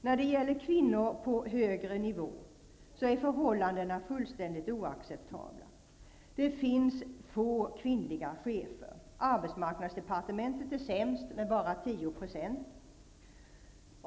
När det gäller kvinnor på högre nivå är förhållandena fullständigt oacceptabla. Det finns få kvinnliga chefer. Arbetsmarknadsdepartementet är sämst med bara 10 %.